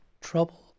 trouble